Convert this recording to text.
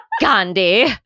Gandhi